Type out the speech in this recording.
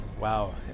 Wow